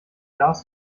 las